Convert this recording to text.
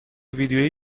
ویدیویی